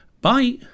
bye